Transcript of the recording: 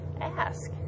ask